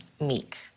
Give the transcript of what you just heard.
meek